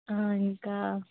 ఇంకా